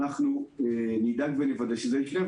אנחנו נדאג ונוודא שזה יקרה.